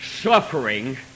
suffering